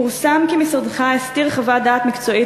פורסם כי משרדך הסתיר חוות דעת מקצועית